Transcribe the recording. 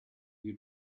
you